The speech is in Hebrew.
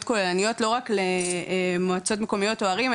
כוללניות לא רק למועצות מקומיות או ערים,